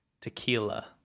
Tequila